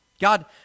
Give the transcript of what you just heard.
God